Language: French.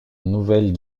nouvelle